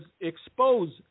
expose